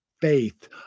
faith